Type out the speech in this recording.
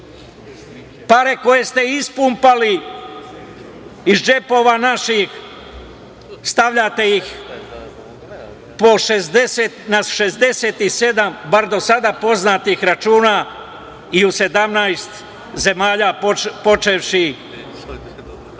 pare koje ste ispumpali iz džepova naših stavljate ih na 67, bar do sada poznatih računa, u 17 zemalja, počevši